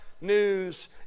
news